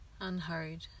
unhurried